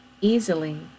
easily